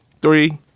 three